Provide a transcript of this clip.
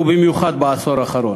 ובמיוחד בעשור האחרון.